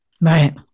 right